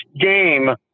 game